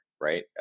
right